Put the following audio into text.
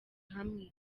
hamwe